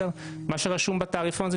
שזה הסכום שרשום בתעריפון,